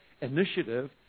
initiative